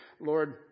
Lord